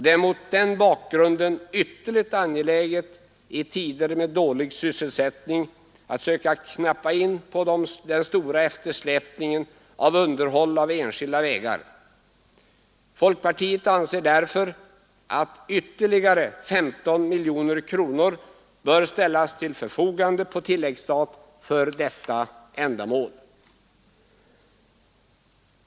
Det är mot den bakgrunden ytterligt angeläget att i tider med dålig sysselsättning söka knappa in på den stora eftersläpningen i fråga om underhåll av enskilda vägar. Folkpartiet anser därför att ytterligare 15 miljoner kronor bör ställas till förfogande på tilläggsstat för detta ändamål.